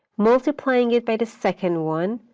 multiplying it by the second one,